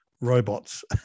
robots